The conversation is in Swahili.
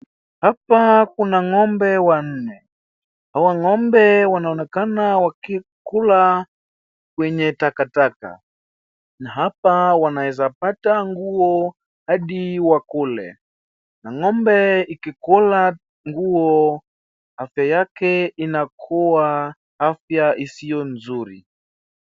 Hapa kuna ng'ombe wanne. Hawa ng'ombe wanaonekana wakikula kwenye takataka, na hapa wanaweza pata nguo hadi wakule. Na ng'ombe ikikula nguo afya yake inakuwa afya isiyo nzuri.